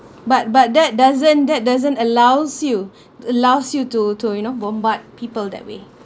but but that doesn't that doesn't allows you allows you to to you know bombard people that way